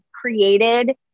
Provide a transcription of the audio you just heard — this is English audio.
created